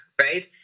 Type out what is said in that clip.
right